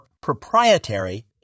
proprietary